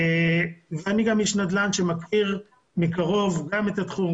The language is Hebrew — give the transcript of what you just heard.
ואני גם איש נדל"ן שמכיר מקרוב את התחום,